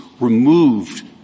removed